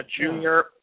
junior